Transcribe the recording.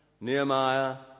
Nehemiah